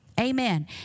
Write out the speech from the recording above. Amen